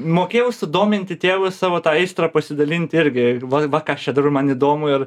mokėjau sudominti tėvus savo ta aistra pasidalint irgi va va ką aš čia darau man įdomu ir